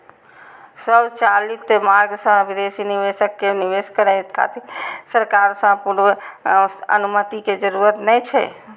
स्वचालित मार्ग सं विदेशी निवेशक कें निवेश करै खातिर सरकार सं पूर्व अनुमति के जरूरत नै छै